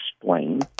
explain